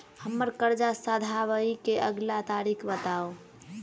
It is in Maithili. हम्मर कर्जा सधाबई केँ अगिला तारीख बताऊ?